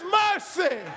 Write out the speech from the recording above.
mercy